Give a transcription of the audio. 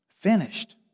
Finished